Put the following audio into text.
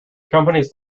companies